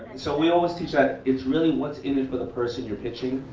so we always teach that it's really what's in it for the person you are pitching